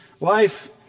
life